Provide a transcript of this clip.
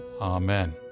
Amen